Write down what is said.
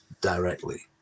directly